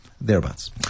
thereabouts